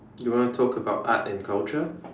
you want to talk about art and culture